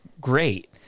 great